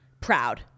proud